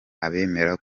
abemera